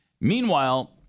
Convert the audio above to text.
Meanwhile